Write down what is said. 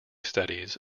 studies